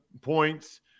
points